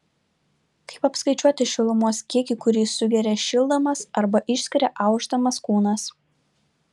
kaip apskaičiuoti šilumos kiekį kurį sugeria šildamas arba išskiria aušdamas kūnas